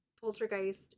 Poltergeist